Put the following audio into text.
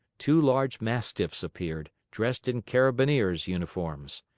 two large mastiffs appeared, dressed in carabineers' uniforms.